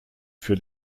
für